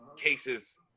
cases